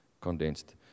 condensed